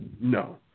No